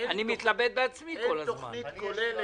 אני מתלבט בעצמי כל הזמן.